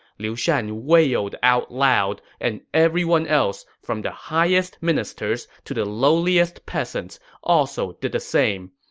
liu shan wailed out loud, and everyone else, from the highest ministers to the lowliest peasants, also did the same.